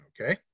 okay